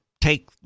take